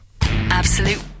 Absolute